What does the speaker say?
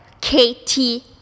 katie